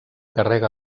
carrega